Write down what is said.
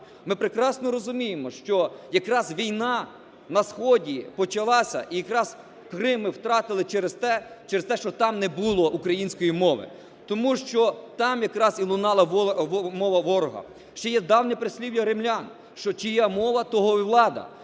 Ми прекрасно розуміємо, що якраз війна на сході почалася і якраз Крим ми втратили через те, що там не було української мови. Тому що там якраз і лунала мова ворога. Ще є давнє прислів'я римлян, що чия мова – того й влада.